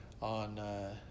on